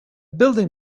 building